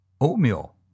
Oatmeal